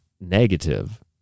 negative